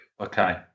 Okay